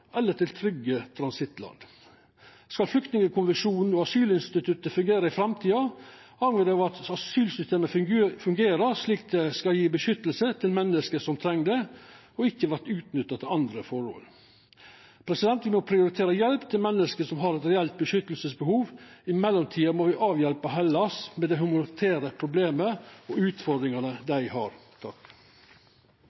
eller til trygge transittland. Skal flyktningkonvensjonen og asylinstituttet fungera i framtida, avheng det av at asylsystemet fungerer slik at det gjev vern til menneske som treng det, og ikkje vert utnytta til andre føremål. Me må prioritera hjelp til menneske som har eit reelt behov for vern. I mellomtida må me avhjelpa Hellas med det humanitære problemet og utfordringane